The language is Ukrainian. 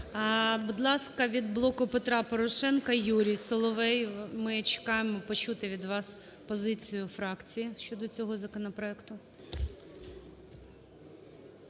Будь ласка, від "Блоку Петра Порошенка" Юрій Соловей. Ми чекаємо почути від вас позицію фракції щодо цього законопроекту.